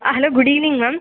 ah hello good evening ma'am